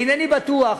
איני בטוח